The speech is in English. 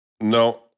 No